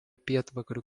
pietvakarių